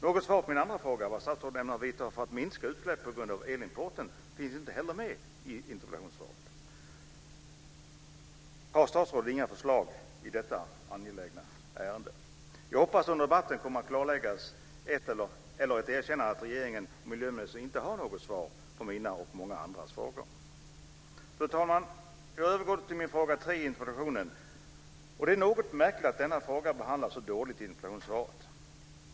Något svar på min andra fråga, vad statsrådet ämnar göra för att minska utsläpp på grund av elimporten, finns inte heller med i interpellationssvaret. Har statsrådet inga förslag i detta angelägna ärende? Jag hoppas att det under debatten kommer ett klarläggande eller ett erkännande av att regeringen och miljöministern inte har något svar på mina och många andras frågor. Fru talman! Jag övergår nu till min tredje fråga i interpellationen. Det är något märkligt att denna fråga behandlats så dåligt i interpellationssvaret.